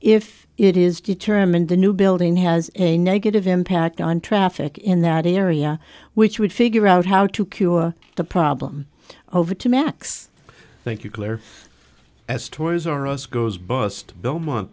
if it is determined the new building has a negative impact on traffic in that area which would figure out how to cure the problem over to max thank you claire as toys r us goes bust belmont